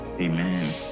Amen